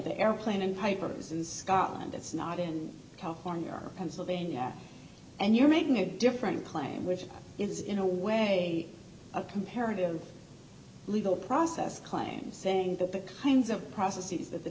the airplane and piper says that's not in california or pennsylvania and you're making a different claim which is in a way a comparative legal process claims saying that the kinds of processes that the